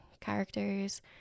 characters